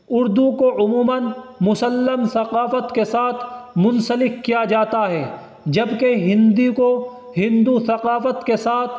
اردو کو عموماً مسلم ثقافت کے ساتھ منسلک کیا جاتا ہے جبکہ ہندی کو ہندو ثقافت کے ساتھ